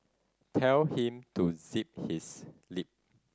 tell him to zip his lip